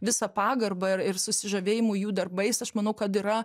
visa pagarba ir ir susižavėjimu jų darbais aš manau kad yra